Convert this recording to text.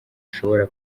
ashobora